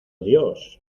dios